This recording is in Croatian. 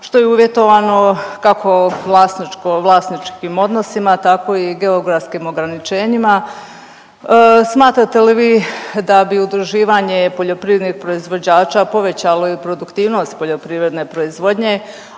što je uvjetovano kako vlasničkim odnosima tako i geografskim ograničenjima. Smatrate li da bi udruživanje poljoprivrednih proizvođača povećalo i produktivnost poljoprivredne proizvodnje,